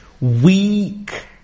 weak